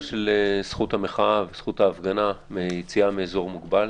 זכות המחאה וזכות ההפגנה ביציאה מאזור מוגבל.